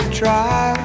try